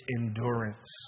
endurance